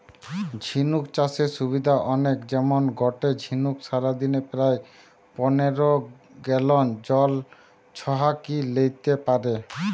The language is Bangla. ঝিনুক চাষের সুবিধা অনেক যেমন গটে ঝিনুক সারাদিনে প্রায় পনের গ্যালন জল ছহাকি লেইতে পারে